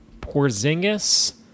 Porzingis